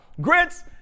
grits